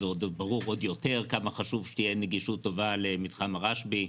זה ברור עוד יותר כמה חשוב שתהיה נגישות טובה למתחם הרשב"י,